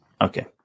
Okay